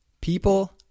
people